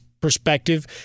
perspective